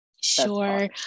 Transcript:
Sure